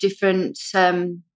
different